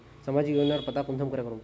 सामाजिक योजनार पता कुंसम करे करूम?